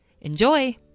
Enjoy